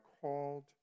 called